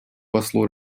послу